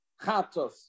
Chatos